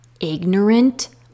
ignorant